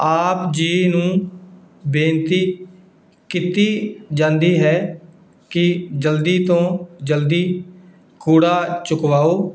ਆਪ ਜੀ ਨੂੰ ਬੇਨਤੀ ਕੀਤੀ ਜਾਂਦੀ ਹੈ ਕਿ ਜਲਦੀ ਤੋਂ ਜਲਦੀ ਕੂੜਾ ਚੁਕਵਾਓ